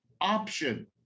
option